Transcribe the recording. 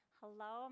hello